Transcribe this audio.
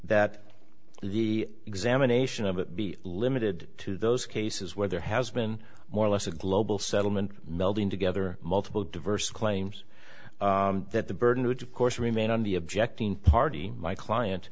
it be limited to those cases where there has been more or less a global settlement melding together multiple diverse claims that the burden which of course remain on the objecting party my client